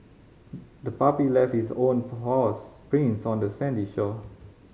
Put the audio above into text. the puppy left its own prints on the sandy shore